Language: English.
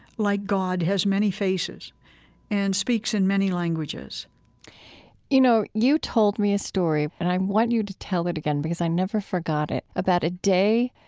like god, has many faces and speaks in many languages you know, you told me a story, but and i want you to tell it again because i never forgot it, about a day,